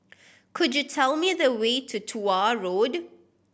could you tell me the way to Tuah Road